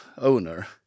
owner